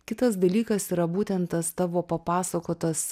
kitas dalykas yra būtent tas tavo papasakotas